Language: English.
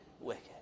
wicked